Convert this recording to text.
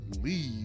leave